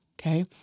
okay